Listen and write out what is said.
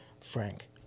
Frank